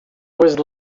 was